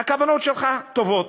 הכוונות שלך טובות,